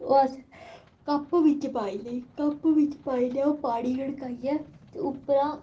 ओह् अस कप्प बिच्च पाई लेई कप्प बिच्च पाई लै ओह् पानी गड़काइयै ते उप्परा